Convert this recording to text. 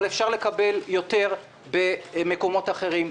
אבל אפשר לקבל יותר במקומות אחרים,